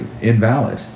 Invalid